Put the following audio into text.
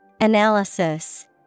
Analysis